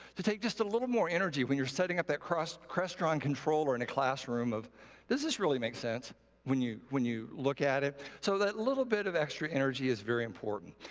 to take just a little more energy when you're setting up that cross cross and controller in a classroom of does this really make sense when you when you look at it? so that little bit of extra energy is very important.